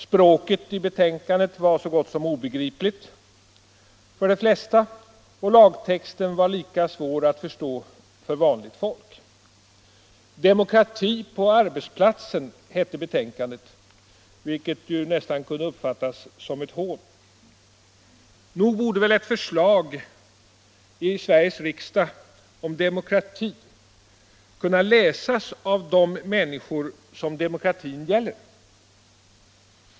Språket i betänkandet var så gott som obegripligt för de flesta och lagtexten var svår att förstå för vanligt folk. ”Demokrati på arbetsplatsen” hette betänkandet, vilket nästan kunde uppfattas som ett hån. Nog borde väl ett förslag i Sveriges riksdag om demokrati kunna läsas av de människor som demokratin gäller.